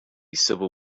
civil